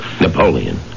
Napoleon